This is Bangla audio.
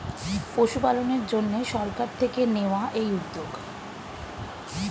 পশুপালনের জন্যে সরকার থেকে নেওয়া এই উদ্যোগ